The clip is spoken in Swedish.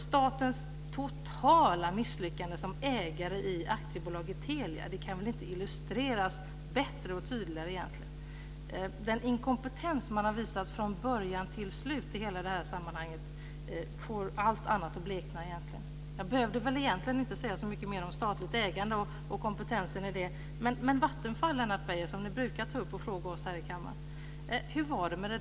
Statens totala misslyckande som ägare i Telia AB kan väl egentligen inte illustreras bättre och tydligare än i detta sammanhang. Den inkompetens som visats från början till slut rakt igenom får egentligen allt annat att blekna. Egentligen behöver jag väl inte säga så mycket mer om statligt ägande och den kompetensen. Men hur är det nu med Vattenfall, Lennart Beijer, som ni brukar fråga om här i kammaren?